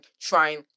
trying